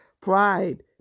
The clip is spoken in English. pride